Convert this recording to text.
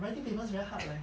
writing papers very hard leh